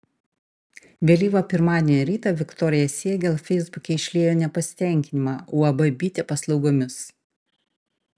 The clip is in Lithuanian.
vėlyvą pirmadienio rytą viktorija siegel feisbuke išliejo nepasitenkinimą uab bitė paslaugomis